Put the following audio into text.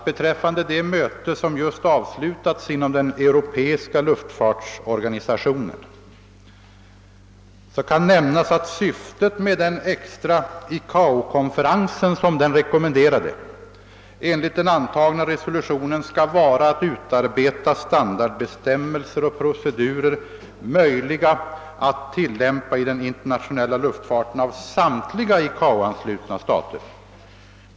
Beträffande det möte som just avslutats inom den europeiska luftfartsorganisationen kan jag nämna att syftet med den extra ICAO-konferens, som den rekommenderade, enligt den antagna resolutionen skall vara att utarbeta standardbestämmelser och procedurer möjliga att tillämpa i den internationella luftfarten i samtliga ICAO anslutna stater.